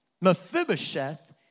Mephibosheth